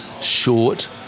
short